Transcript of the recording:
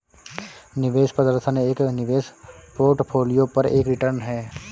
निवेश प्रदर्शन एक निवेश पोर्टफोलियो पर एक रिटर्न है